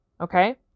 Okay